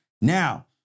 Now